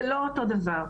זה לא אותו דבר.